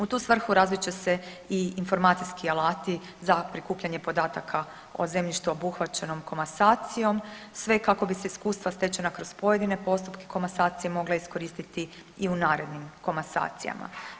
U tu svrhu razvit će se i informacijski alati za prikupljanje podataka o zemljištu obuhvaćenom komasacijom sve kako bi se iskustva stečena kroz pojedine postupke komasacije mogla iskoristiti i u narednim komasacijama.